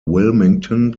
wilmington